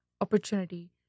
opportunity